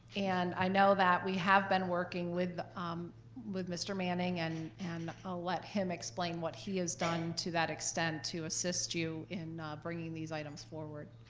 and i know that we have been working with um with mr. manning, and and i'll let him explain what he has done to that extent to assist you in bringing these items forward.